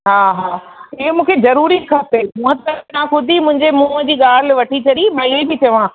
हा हा इयो मूंखे ज़रूरी खपे मां त तव्हां खुद ई मुंहिंजे मूंहं जी ॻाल्हि वठी छॾी मां इयो ई पेई चवां